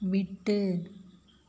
விட்டு